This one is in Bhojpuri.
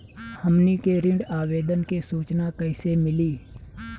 हमनी के ऋण आवेदन के सूचना कैसे मिली?